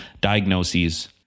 diagnoses